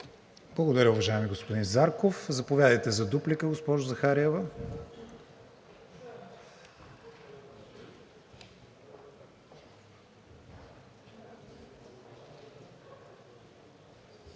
Благодаря, уважаеми господин Зарков. Заповядайте за дуплика, госпожо Захариева.